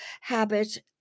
habit